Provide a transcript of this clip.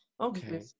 okay